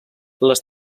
les